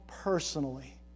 personally